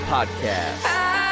Podcast